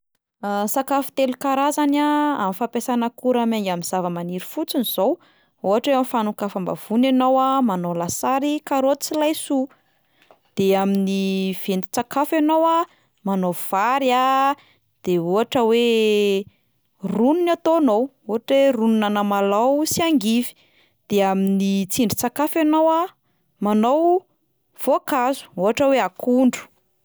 Sakafo telo karazany a amin'ny fampiasana akora miainga amin'ny zava-maniry fotsiny 'zao: ohatra hoe amin'ny fanokafam-bavony ianao a manao lasary karaoty sy laisoa, de amin'ny ventin-tsakafo ianao a manao vary a, de ohatra hoe rony ny ataonao, ohatra hoe ronin'anamalaho sy angivy, de amin'ny tsindrin-tsakafo ianao a manao voankazo ohatra hoe akondro.